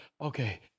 okay